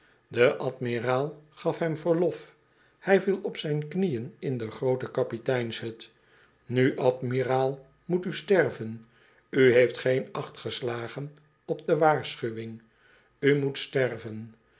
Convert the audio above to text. de admiraal gaf hem verlof hij viel op zijn knieën in de groote kapiteinskajuit nu admiraal moet u sterven ii heeft geen acht geslagen op de waarschuwing u moet sterven